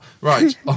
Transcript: Right